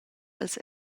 als